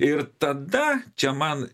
ir tada čia man